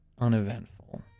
uneventful